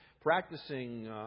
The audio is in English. practicing